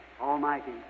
Almighty